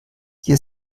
hier